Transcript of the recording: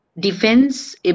Defense